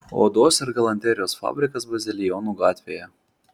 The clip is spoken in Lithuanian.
odos ir galanterijos fabrikas bazilijonų gatvėje